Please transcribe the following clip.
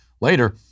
later